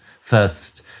first